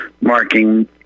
marking